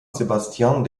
sebastián